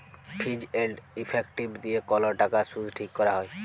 fees and effective দিঁয়ে কল টাকার সুদ ঠিক ক্যরা হ্যয়